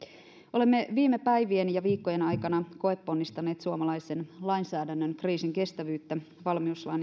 olemme viime päivien ja viikkojen aikana koeponnistaneet suomalaisen lainsäädännön kriisinkestävyyttä valmiuslain